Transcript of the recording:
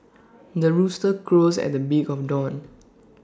the rooster crows at the beak of dawn